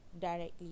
directly